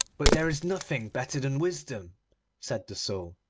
but there is nothing better than wisdom said the soul.